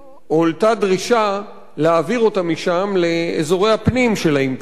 הועלתה דרישה להעביר אותם משם לאזורי הפנים של האימפריה.